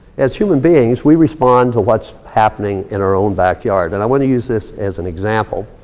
as human beings, we respond to what's happening in our own backyard. and i wanna use this as an example.